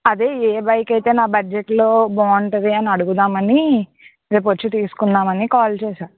అదే ఏ బైక్ అయితే నా బడ్జెట్లో బాగుంటుందని అడుగుదామని రేపు వచ్చి తీసుకుందామని కాల్ చేసాను